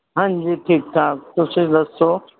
ਹਾਂਜੀ ਠੀਕ ਠਾਕ ਤੁਸੀਂ ਦੱਸੋ